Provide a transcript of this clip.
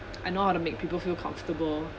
I know how to make people feel comfortable